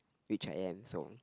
which I am so